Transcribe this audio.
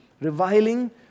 reviling